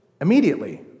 Immediately